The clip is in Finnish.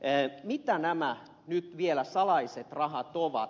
mitä nämä nyt vielä salaiset rahat ovat